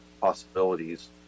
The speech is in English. possibilities